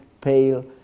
pale